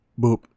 boop